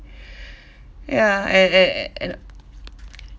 ya and and and